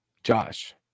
Josh